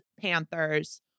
Panthers